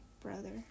brother